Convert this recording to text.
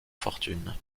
fortune